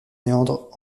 méandres